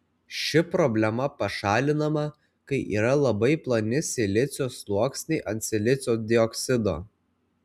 ši problema pašalinama kai yra labai ploni silicio sluoksniai ant silicio dioksido